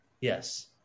Yes